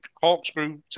corkscrew